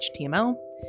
html